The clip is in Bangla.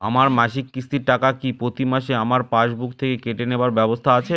আমার মাসিক কিস্তির টাকা কি প্রতিমাসে আমার পাসবুক থেকে কেটে নেবার ব্যবস্থা আছে?